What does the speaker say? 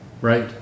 Right